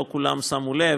לא כולם שמו לב,